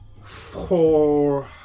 four